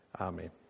Amen